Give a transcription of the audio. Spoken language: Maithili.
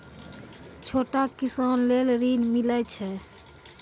छोटा किसान लेल ॠन मिलय छै?